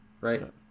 Right